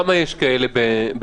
למיטב ידיעתך, כמה כאלה יש באילת?